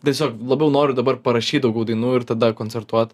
tiesiog labiau noriu dabar parašyt daugiau dainų ir tada koncertuot